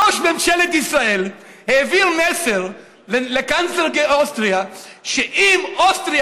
ראש ממשלת ישראל העביר מסר לקנצלר אוסטריה שאם אוסטריה